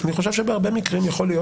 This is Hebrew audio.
אני חושב שבהרבה מקרים יכול להיות